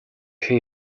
хэн